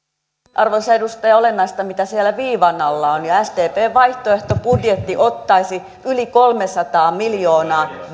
arvoisa edustaja eikö ole olennaista mitä siellä viivan alla on ja sdpn vaihtoehtobudjetti ottaisi yli kolmesataa miljoonaa